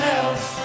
else